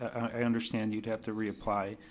i understand you'd have to reapply.